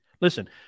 Listen